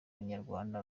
nyarwanda